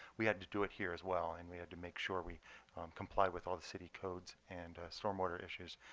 we had to do it here as well, and we had to make sure we complied with all the city codes and stormwater issues.